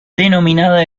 denominada